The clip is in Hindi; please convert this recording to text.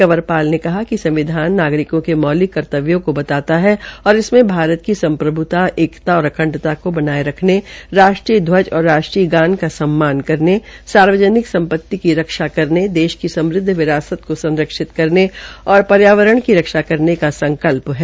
कंवरपाल ने कहा है कि संविधान नागरिकों के मौलिक कर्तव्यों को बताता है और इसमें भारत की संप्रभुताएकता और अखंडता को बनाये रखने राष्ट्रीय ध्वज और राष्ट्रीय गान का सम्मान करने सार्वजनिक संपति की रक्षा करने देश की समुदव विरासत को संरक्षित करने और पर्यावरण की रक्षा करने का संकल्प है